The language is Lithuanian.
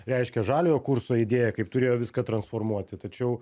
reiškia žaliojo kurso idėja kaip turėjo viską transformuoti tačiau